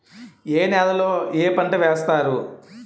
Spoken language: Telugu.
ఏ నేలలో ఏ పంట వేస్తారు?